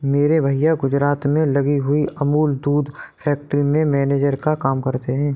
मेरे भैया गुजरात में लगी हुई अमूल दूध फैक्ट्री में मैनेजर का काम करते हैं